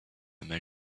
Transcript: man